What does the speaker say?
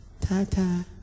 ta-ta